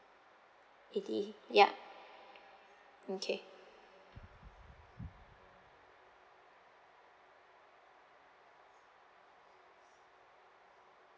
eighty yup okay